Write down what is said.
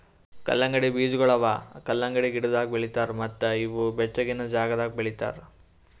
ಕಲ್ಲಂಗಡಿ ಬೀಜಗೊಳ್ ಅವಾ ಕಲಂಗಡಿ ಗಿಡದಾಗ್ ಬೆಳಿತಾರ್ ಮತ್ತ ಇವು ಬೆಚ್ಚಗಿನ ಜಾಗದಾಗ್ ಬೆಳಿತಾರ್